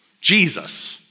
Jesus